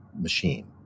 machine